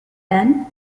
and